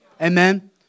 Amen